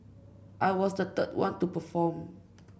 I was the third one to perform